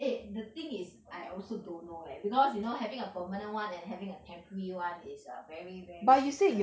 eh the thing is I also don't know leh because you know having a permanent [one] and having a temporary [one] is a very very different